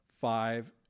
five